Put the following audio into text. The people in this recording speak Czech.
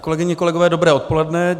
Kolegyně, kolegové, dobré odpoledne.